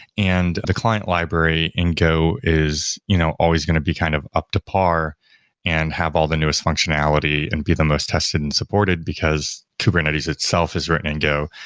and the client library in go is you know always going to be kind of up to par and have all the newest functionality and be the most tested and supported, because kubernetes itself is written and go.